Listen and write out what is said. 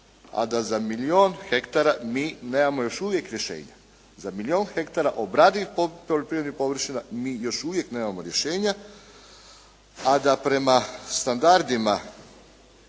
a da milijun hektara mi nemamo još uvijek rješenja. Za milijun hektara obradivih poljoprivrednih površina mi još uvijek nemamo rješenja, a da prema standardima